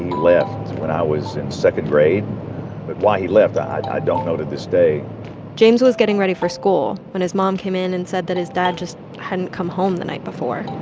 left when i was in second grade. but why he left, i don't know to this day james was getting ready for school when his mom came in and said that his dad just hadn't come home the night before